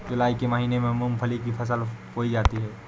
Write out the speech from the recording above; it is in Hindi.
जूलाई के महीने में मूंगफली की फसल बोई जाती है